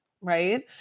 right